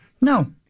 No